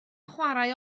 chwarae